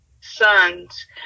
sons